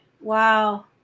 Wow